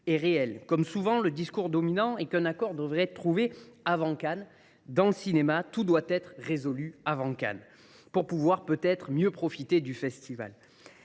est réelle. Comme souvent, le discours dominant est qu’un accord devrait être trouvé « avant Cannes »– dans le cinéma, tout doit être résolu « avant Cannes », pour pouvoir peut être mieux profiter du Festival…